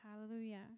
Hallelujah